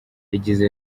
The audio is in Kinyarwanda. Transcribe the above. yagize